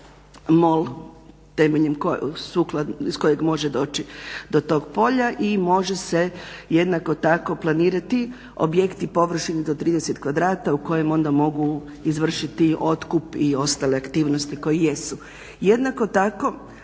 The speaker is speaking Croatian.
mol temeljem iz kojeg može doći do tog polja i može se jednako tako planirati objekti površine do 30 kvadrata u kojem onda mogu izvršiti otkup i ostale aktivnosti koje jesu. Jednako tako